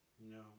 No